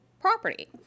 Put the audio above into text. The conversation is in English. property